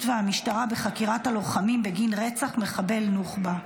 והמשטרה בחקירת הלוחמים בגין "רצח מחבל נוח'בה".